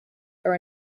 are